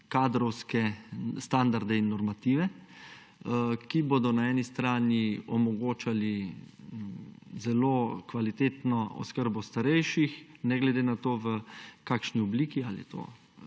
kadrovske standarde in normative. Ti bodo na eni strani omogočali zelo kvalitetno oskrbo starejših, ne glede na to, v kakšni obliki, ali je to